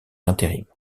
intérim